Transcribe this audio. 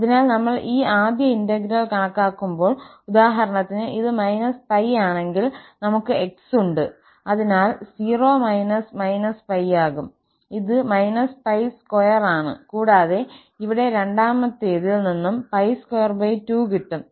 അതിനാൽ നമ്മൾ ഈ ആദ്യ ഇന്റഗ്രൽ കണക്കാക്കുമ്പോൾ ഉദാഹരണത്തിന് ഇത് −𝜋 ആണെങ്കിൽ നമുക് 𝑥 ഉണ്ട് അതിനാൽ 0−−𝜋 ആകും ഇത് −𝜋2 ആണ് കൂടാതെ ഇവിടെ രണ്ടാമത്തേതിൽ നിന്നും 𝜋22കിട്ടും